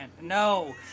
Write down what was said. No